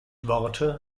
worte